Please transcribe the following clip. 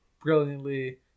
brilliantly